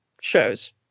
shows